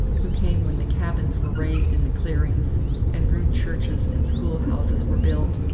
who came when the cabins were raised in the clearings and rude churches and schoolhouses were built,